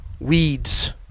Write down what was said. weeds